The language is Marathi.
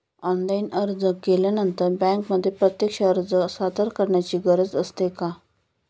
ऑनलाइन अर्ज केल्यानंतर बँकेमध्ये प्रत्यक्ष अर्ज सादर करायची गरज असते का?